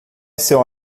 seu